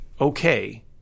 okay